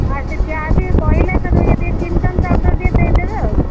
ହଁ ଆସି ଠିଆ ହେବି କହିଲେ ସେ ଟିକେ ଚିହ୍ନିଛନ୍ତି ତା'କୁ ଟିକିଏ ଦେଇଦେବେ ଆଉ